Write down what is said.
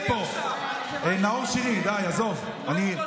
עזוב, נו.